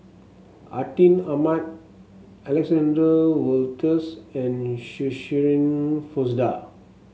Atin Amat Alexander Wolters and Shirin Fozdar